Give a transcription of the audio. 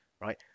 Right